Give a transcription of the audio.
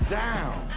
down